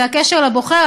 זה הקשר לבוחר?